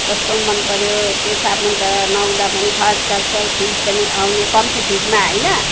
कस्तो मन पऱ्यो त्यो साबुन त नुहाउँदा पनि खजखजखज फिँज पनि आउने कम्ति फिँजमा हैन